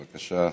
בבקשה,